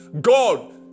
God